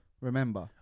Remember